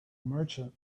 merchant